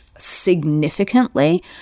significantly